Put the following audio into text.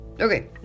okay